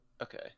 Okay